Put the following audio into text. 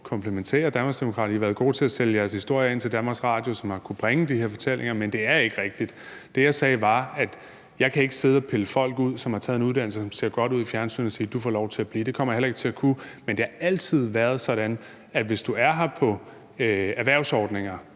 komplimentere Danmarksdemokraterne. I har været gode til at sælge jeres historier til DR, som har kunnet bringe de her fortællinger, men det er ikke rigtigt. Det, jeg sagde, var, at jeg ikke kan sidde og pille folk ud, som har taget en uddannelse, og som ser godt ud i fjernsynet, og sige, at du får lov til at blive, og det kommer jeg heller ikke til at kunne. Men det har altid været sådan, at du, hvis du er her på erhvervsordninger,